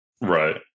Right